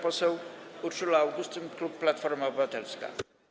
Poseł Urszula Augustyn, klub Platforma Obywatelska.